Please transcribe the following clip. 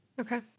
Okay